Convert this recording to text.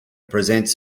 presents